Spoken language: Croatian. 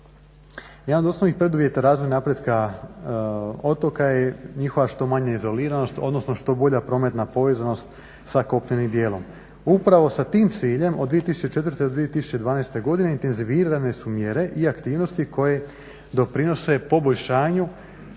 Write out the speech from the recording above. Jedan od osnovnih preduvjeta razvoja napretka otoka je njihova što manja izoliranost odnosno što bolja prometna povezanost sa kopnenim dijelom. Upravo sa tim ciljem od 2004. do 2012. godine intenzivirane su mjere i aktivnosti koje doprinose poboljšanju